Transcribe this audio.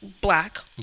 black